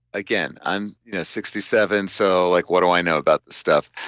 again i'm you know sixty seven so like what do i know about the stuff,